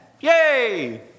Yay